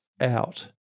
out